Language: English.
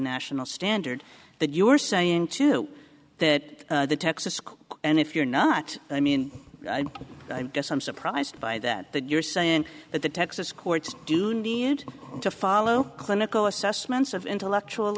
national standard that you were saying too that the texas school and if you're not i mean i guess i'm surprised by that that you're saying that the texas courts do need to follow clinical assessments of intellectual